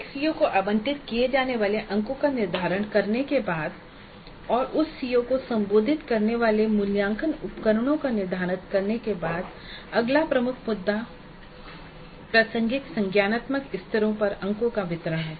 एक सीओ को आवंटित किए जाने वाले अंकों का निर्धारण करने के बाद और उस सीओ को संबोधित करने वाले मूल्यांकन उपकरणों का निर्धारण करने के बाद अगला प्रमुख मुद्दा प्रासंगिक संज्ञानात्मक स्तरों पर अंकों का वितरण है